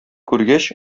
күргәч